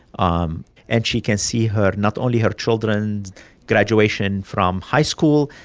um and she can see her not only her children's graduation from high school,